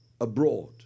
abroad